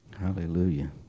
Hallelujah